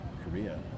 Korea